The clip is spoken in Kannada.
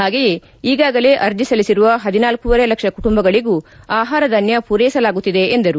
ಹಾಗೆಯೇ ಈಗಾಗಲೇ ಅರ್ಜಿ ಸಲ್ಲಿಸಿರುವ ಹದಿನಾಲ್ಕವರೆ ಲಕ್ಷ ಕುಟುಂಬಗಳಿಗೂ ಆಹಾರಧಾನ್ಯ ಪೂರೈಸಲಾಗುತ್ತಿದೆ ಎಂದರು